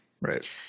right